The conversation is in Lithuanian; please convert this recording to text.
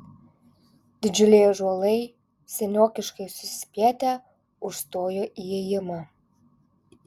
didžiuliai ąžuolai seniokiškai susispietę užstojo įėjimą